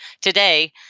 today